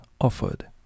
offered